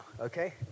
okay